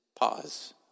pause